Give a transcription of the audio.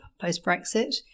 post-Brexit